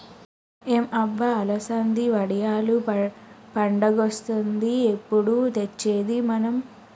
ఏం అబ్బ అలసంది వడియాలు పండగొస్తాంది ఎప్పుడు తెచ్చేది మనం